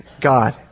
God